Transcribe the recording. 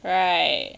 right